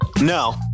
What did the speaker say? No